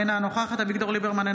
אינה נוכחת אביגדור ליברמן,